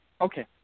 Okay